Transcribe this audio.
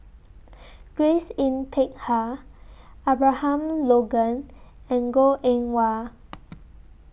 Grace Yin Peck Ha Abraham Logan and Goh Eng Wah